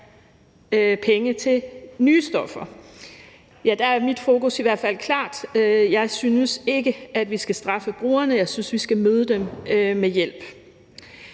penge til nye stoffer? Der er mit fokus i hvert fald klart: Jeg synes ikke, at vi skal straffe brugerne, og jeg synes, at vi skal møde dem med hjælp.